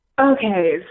Okay